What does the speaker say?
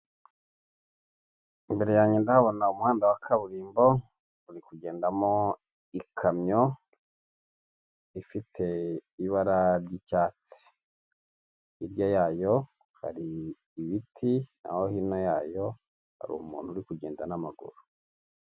Imbere yanjye ndahabona umuhanda wa kaburimbo uri kugendamo ikamyo, ifite ibara ry'icyatsi, hirya yayo hari ibiti naho hino yayo hari umuntu uri kugenda n'amaguru.